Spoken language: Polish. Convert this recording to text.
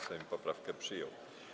Sejm poprawkę przyjął.